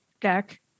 deck